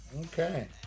okay